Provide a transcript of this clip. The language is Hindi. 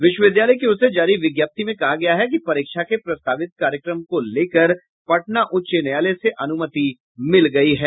विश्वविद्यालय की ओर से जारी विज्ञप्ति में कहा गया है कि परीक्षा के प्रस्तावित कार्यक्रम को लेकर पटना उच्च न्यायालय से अनुमति मिल गयी है